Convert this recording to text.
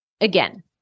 Again